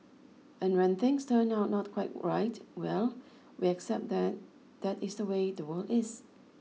and when things turn out not quite right well we accept that that is the way the world is